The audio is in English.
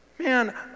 Man